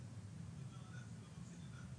זו עבודה בירוקרטית גדולה.